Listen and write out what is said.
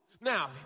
Now